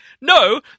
no